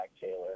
Taylor